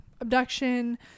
Abduction